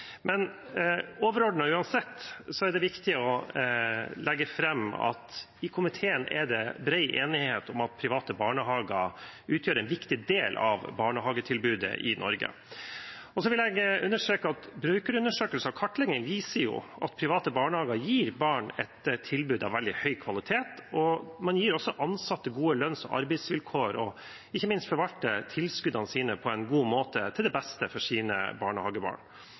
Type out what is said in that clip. er det uansett viktig å få fram at det i komiteen er bred enighet om at private barnehager utgjør en viktig del av barnehagetilbudet i Norge. Så vil jeg understreke at brukerundersøkelser og kartlegging viser at private barnehager gir barn et tilbud av veldig høy kvalitet. Man gir også ansatte gode lønns- og arbeidsvilkår, og ikke minst forvalter man tilskuddene på en god måte til det beste for sine barnehagebarn.